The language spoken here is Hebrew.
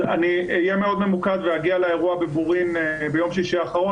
אני אהיה מאוד ממוקד ואגיע לאירוע בבורין ביום שישי האחרון,